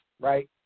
right